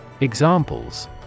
Examples